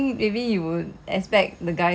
you wouldn't say that's the one thing that you expect